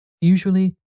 Usually